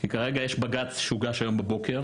כי כרגע יש בג"צ שהוגש היום בבוקר,